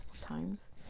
times